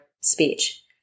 speech